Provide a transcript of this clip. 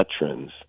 veterans